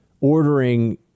ordering